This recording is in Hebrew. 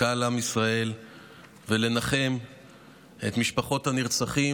לקהל עם ישראל ולנחם את משפחות הנרצחים